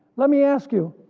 let me ask you,